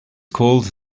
called